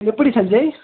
எப்படி சஞ்ஜய்